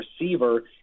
receiver